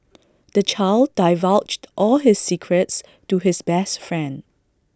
the child divulged all his secrets to his best friend